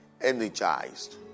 energized